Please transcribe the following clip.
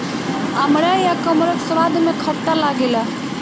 अमड़ा या कमरख स्वाद में खट्ट लागेला